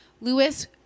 Lewis